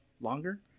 longer